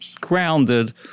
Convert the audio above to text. grounded